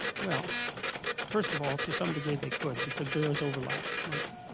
well first of all to some degree they could because there is overlap like?